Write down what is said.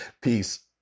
Peace